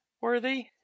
worthy